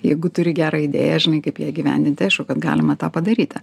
jeigu turi gerą idėją žinai kaip ją įgyvendinti aišku kad galima tą padaryti